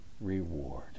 reward